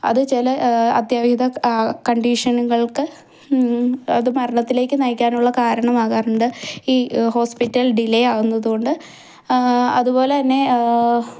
അത് ചില അത്യാഹിത കണ്ടീഷനുകൾക്ക് അത് മരണത്തിലേക്ക് നയിക്കാനുള്ള കാരണമാകാറുണ്ട് ഈ ഹോസ്പിറ്റൽ ഡിലേ ആകുന്നതുകൊണ്ട് അതുപോലെ തന്നെ